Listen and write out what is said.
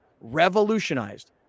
revolutionized